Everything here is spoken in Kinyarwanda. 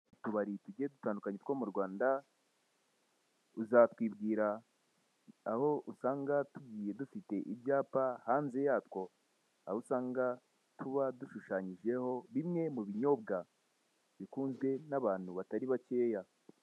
Utubari tugiye dutandukanye two mu Rwanda, uzatwibwira aho usanga tugiye dufite ibyapa hanze yatwo, aho usanga tuba dushushanyijeho bimwe mu binyobwa bikunzwe n'abantu batari bakeya.